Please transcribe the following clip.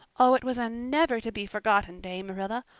oh, it was a never-to-be-forgotten day, marilla.